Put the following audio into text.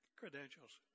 credentials